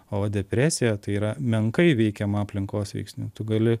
o depresija tai yra menkai veikiama aplinkos veiksnių tu gali